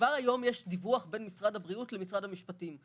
יש דיווח בין משרד הבריאות למשרד המשפטים.